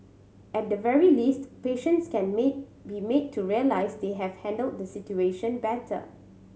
at the very least patients can made be made to realise they have handled the situation better